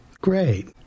Great